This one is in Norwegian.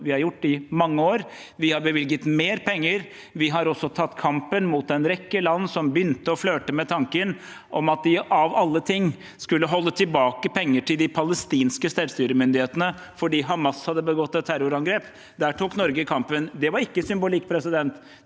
vi har gjort i mange år. Vi har bevilget mer penger. Vi har også tatt kampen mot en rekke land som begynte å flørte med tanken om at de av alle ting skulle holde tilbake penger til de palestinske selvstyremyndighetene fordi Hamas hadde begått et terrorangrep. Der tok Norge kampen. Det var ikke symbolikk. Det